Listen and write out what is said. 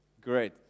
Great